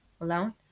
alone